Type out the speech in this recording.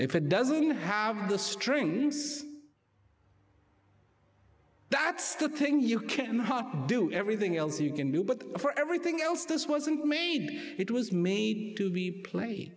if it doesn't have the strings that's the thing you can do everything else you can do but for everything else this wasn't made it was made to be play